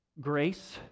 grace